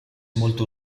molto